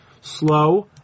slow